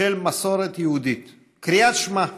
של המסורת היהודית: קריאת שמע.